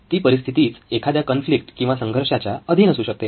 ती परिस्थितीच एखाद्या कॉन्फ्लिक्ट किंवा संघर्षाच्या अधीन असू शकते